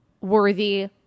worthy